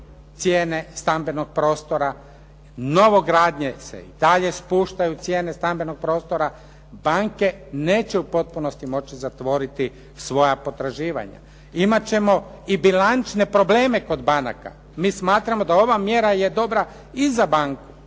cijene stambenog prostora, novogradnje se i dalje spuštaju cijene stambenog prostora, banke neće u potpunosti moći zatvoriti svoja potraživanja. Imati ćemo i bilančne probleme kod banaka. Mi smatramo da ova mjera je dobra i za banku